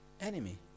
enemy